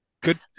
good